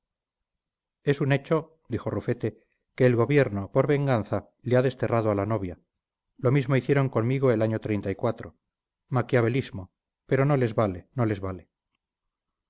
es un hecho dijo rufete que el gobierno por venganza le ha desterrado a la novia lo mismo hicieron conmigo el año maquiavelismo pero no les vale no les vale